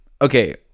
okay